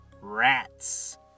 rats